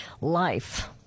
Life